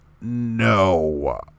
no